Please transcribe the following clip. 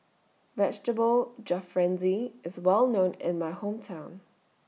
Vegetable Jalfrezi IS Well known in My Hometown